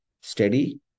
steady